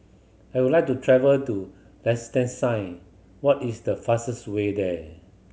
I would like to travel to Liechtenstein what is the fastest way there